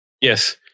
Yes